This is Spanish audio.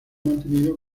mantenido